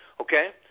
Okay